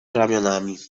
ramionami